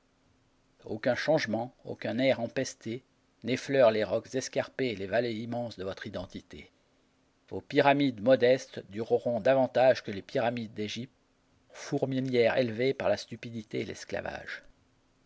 aucun changement aucun air empesté n'effleure les rocs escarpés et les vallées immenses de votre identité vos pyramides modestes dureront davantage que les pyramides d'egypte fourmilières élevées par la stupidité et l'esclavage